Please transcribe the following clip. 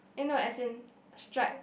eh no as in stripe